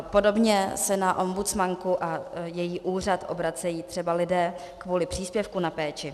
Podobně se na ombudsmanku a její úřad obracejí třeba lidé kvůli příspěvku na péči.